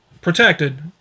protected